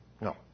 No